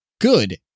good